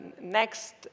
next